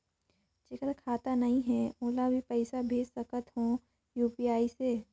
जेकर खाता नहीं है ओला भी पइसा भेज सकत हो यू.पी.आई से?